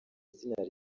izina